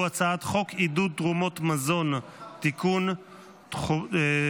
אני קובע כי הצעת חוק עבודת נשים (תיקון מס' 65)